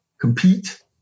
compete